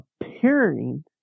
appearing